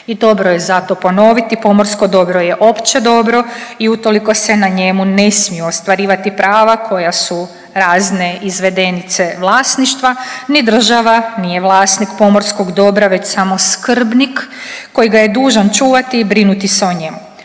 I dobro je za to ponoviti, pomorsko dobro je opće dobro i utoliko se na njemu ne smiju ostvarivati prava koje su razne izvedenice vlasništva, ni država nije vlasnik pomorskog dobra već samo skrbnik koji ga je dužan čuvati i brinuti se o njemu.